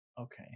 Okay